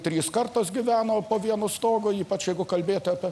trys kartos gyveno po vienu stogu ypač jeigu kalbėti apie